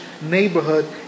neighborhood